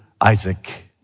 Isaac